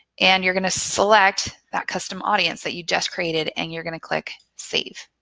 and you're going to select that custom audience that you just created and you're going to click save